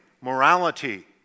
morality